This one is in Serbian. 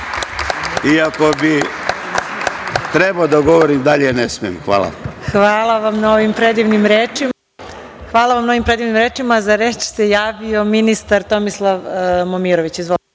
ako bi trebao da govorim dalje ne smem. Hvala. **Marija Jevđić** Hvala vam na ovim predivnim rečima.Za reč se javio ministar Tomislav Momirović. Izvolite.